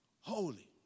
holy